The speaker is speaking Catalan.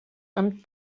amb